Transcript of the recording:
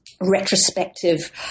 retrospective